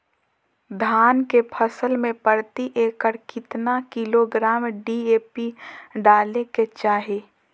धान के फसल में प्रति एकड़ कितना किलोग्राम डी.ए.पी डाले के चाहिए?